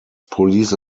police